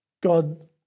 God